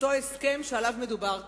זה אותו הסכם שעליו מדובר כאן.